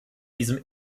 diesem